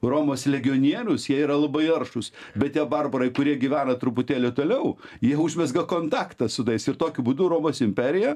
romos legionierius jie yra labai aršūs bet tie barbarai kurie gyvena truputėlį toliau jie užmezga kontaktą su tais ir tokiu būdu romos imperija